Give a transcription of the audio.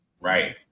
Right